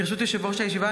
ברשות יושב-ראש הישיבה,